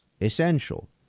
essential